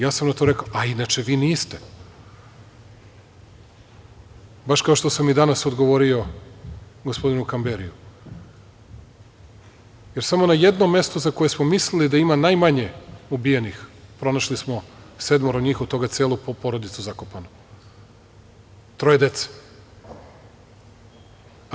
Ja sam na to rekao – a inače vi niste, baš kao što sam i danas odgovori gospodinu Kamberiju, jer samo na jednom mestu za koje smo mislili da ima najmanje ubijenih, pronašli smo sedmoro njih, a od toga celu porodicu zakopanu, troje dece.